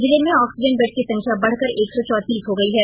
जिले में oxygen bed की संख्या बढ़कर एक सौ चौतीस हो गई है